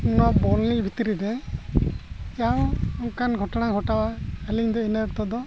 ᱱᱚᱣᱟ ᱵᱚᱞ ᱮᱱᱮᱡ ᱵᱷᱤᱛᱨᱤ ᱨᱮ ᱡᱟᱭᱦᱳᱠ ᱚᱱᱠᱟᱱ ᱜᱷᱚᱴᱚᱱᱟ ᱜᱷᱚᱴᱟᱣᱟ ᱟᱹᱞᱤᱧ ᱫᱚ ᱤᱱᱟᱹ ᱠᱷᱟᱹᱛᱤᱨ ᱫᱚ